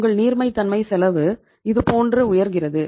உங்கள் நீர்மைத்தன்மை செலவு இதுபோன்று உயர்கிறது